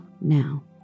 now